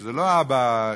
שזה לא האבא ששוכח,